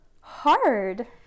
hard